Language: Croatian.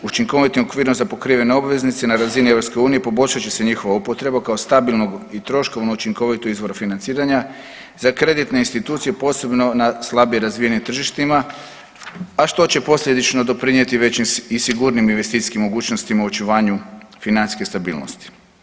Učinkovitim okvirom za pokrivene obveznice na razini Europske unije poboljšat će se njihova upotreba kao stabilnog i troškovno učinkovitog izvora financiranja za kreditne institucije posebno na slabije razvijenim tržištima, a što će posljedično doprinijeti većim i sigurnijim investicijskim mogućnostima u očuvanju financijske stabilnosti.